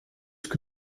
que